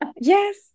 Yes